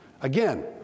again